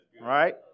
right